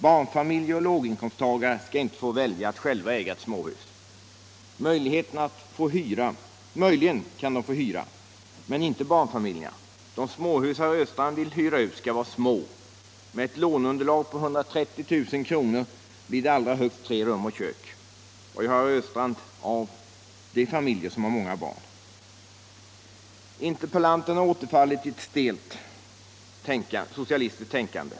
Barnfamiljer och låginkomsttagare skall inte få välja att själva äga ett småhus. Möjligen kan de få hyra. Men inte barnfamiljerna. De småhus herr Östrand vill hyra ut skall vara små. Med ett låneunderlag på 130 000 kr. blir det allra högst tre rum och kök. Vad gör herr Östrand av de familjer som har många barn? Interpellanten har återfallit i ett stelt socialistiskt tänkande.